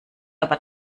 aber